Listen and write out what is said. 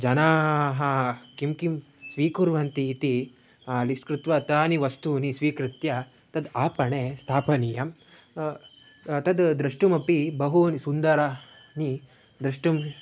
जनाः किं किं स्वीकुर्वन्ति इति लिस्ट् कृत्वा तानि वस्तूनि स्वीकृत्य तानि आपणे स्थापनीयानि तद् द्रष्टुमपि बहूनि सुन्दराणि द्रष्टुम्